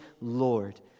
Lord